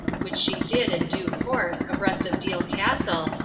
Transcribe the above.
which she did in due course, abreast of deal castle,